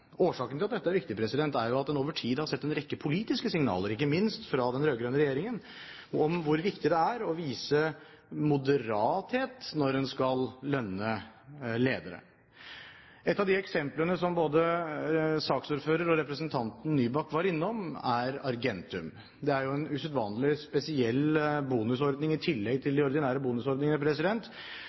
Årsaken til at dette er viktig, er at en over tid har sett en rekke politiske signaler, ikke minst fra den rød-grønne regjeringen, om hvor viktig det er å vise moderasjon når en skal lønne ledere. Et av de eksemplene som både saksordføreren og representanten Nybakk var innom, er Argentum. De har jo en usedvanlig spesiell bonusordning i tillegg til de ordinære bonusordningene